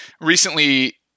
recently